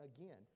again